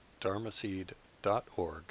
dharmaseed.org